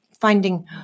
finding